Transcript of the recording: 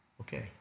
okay